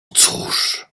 cóż